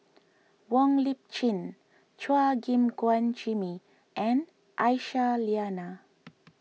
Wong Lip Chin Chua Gim Guan Jimmy and Aisyah Lyana